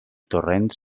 torrents